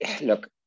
look